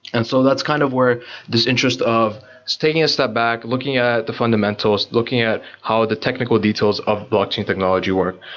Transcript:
and so that's kind of where this interest of taking a step back, looking at the fundamentals, looking at how the technical details of blockchain technology work.